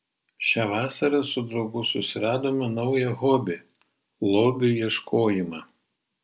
šią vasarą su draugu susiradome naują hobį lobių ieškojimą